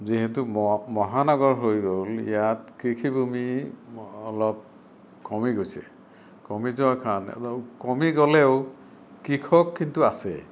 যিহেতু মহানগৰ হৈ ৰ'ল ইয়াত কৃষিভূমি অলপ কমি গৈছে কমি যোৱাৰ কাৰণে কমি গ'লেও কৃষক কিন্তু আছে